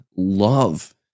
love